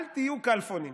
אל תהיו כלפונים.